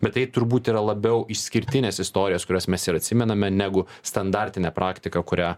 bet tai turbūt yra labiau išskirtinės istorijos kurias mes ir atsimename negu standartinė praktika kurią